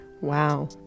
wow